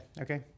Okay